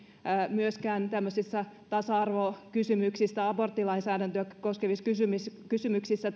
myöskään tämmöisissä tasa arvokysymyksissä aborttilainsäädäntöä koskevissa kysymyksissä